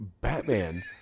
Batman